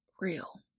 real